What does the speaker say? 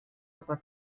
aber